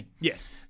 Yes